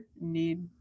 need